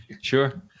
Sure